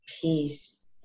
peace